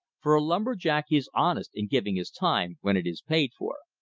for a lumber-jack is honest in giving his time when it is paid for.